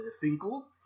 Finkel